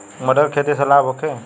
मटर के खेती से लाभ होखे?